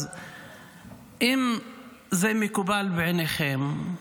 אז אם זה מקובל בעיניכם,